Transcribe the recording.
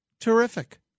terrific